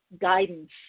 guidance